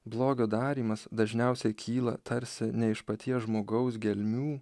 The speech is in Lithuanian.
blogio darymas dažniausiai kyla tarsi ne iš paties žmogaus gelmių